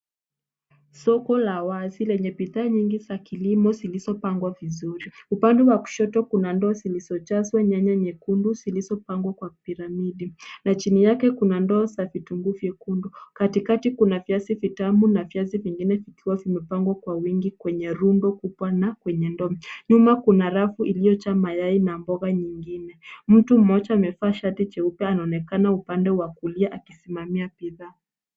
Soko la wazi lenye bidhaa nyingi za kilimo zilizopangwa vizuri. Upande wa kushoto kuna ndoo usinisojazwa nyanya nyekundu zilizopangwa kwa piramidi na chini yake kuna ndoo za vitunguu vyekundu. Katikati kuna viazi vitamu na viazi vingine vikiwa vimepangwa kwa wingi kwenye rundo kubwa na kwenye ndoo. Nyuma kuna rafu iliyojaa mayai na mboga nyingine. Mtu mmoja amevaa shati jeupe anaonekana upande wa kulia akisimamia bidhaa.